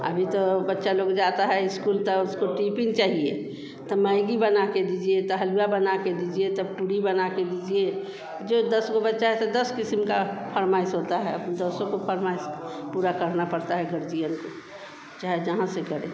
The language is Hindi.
अभी तो बच्चे लोग जाते हैं इस्कूल तो उसको टीपिन चाहिए तो मैगी बनाकर दीजिए तो हलुआ बनाकर दीजिए तो पूरी बनाकर दीजिए जो दस वो बच्चे हैं तो दस क़िस्म की फरमाइश होती है अब दसों काे फरमाइश पूरी करनी पड़ती है गर्जियन को चाहे जहाँ से करें